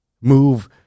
move